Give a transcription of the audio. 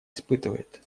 испытывает